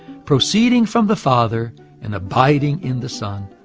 proceeding from the father and abiding in the son.